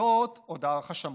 וזאת עוד הערכה שמרנית.